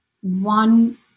one